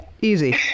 Easy